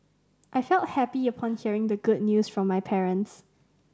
I felt happy upon hearing the good news from my parents